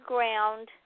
Ground